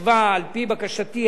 ישבה על-פי בקשתי,